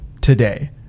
today